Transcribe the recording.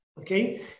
okay